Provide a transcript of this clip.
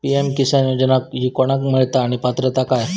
PM Kisan योजना ही कोणाक मिळता आणि पात्रता काय?